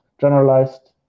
generalized